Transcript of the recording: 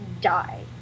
die